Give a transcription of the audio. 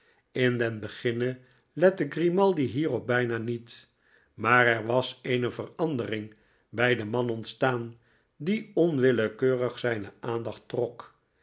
in den beginne lette grimaldi hierop bijna niet maar er was eene verandering bij den man ontstaan die onwillekeurig zijne aandacht trok